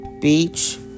beach